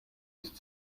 ist